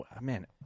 Man